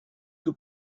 que